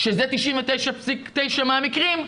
שזה 99.9 מהמקרים,